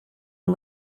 and